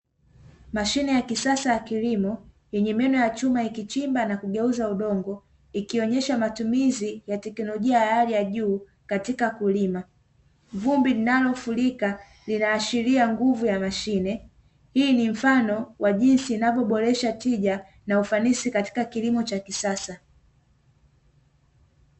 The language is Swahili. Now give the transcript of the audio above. Mashine ya kisasa ya kilimo yenye meno ya chuma ikichimba na kugeuza udongo ikionyesha matumizi ya teknolojia ya hali ya juu katika kulima, vumbi linalofurika linaashiria nguvu ya mashine. Hii ni mfano wa jinsi inavyoboresha tija na ufanisi katika kilimo cha kisasa.